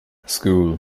school